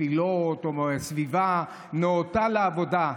תפילות או סביבה נאותה לעבודה,